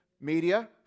Media